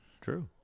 true